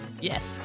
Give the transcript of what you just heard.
Yes